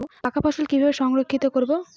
পাকা ফসল কিভাবে সংরক্ষিত করব?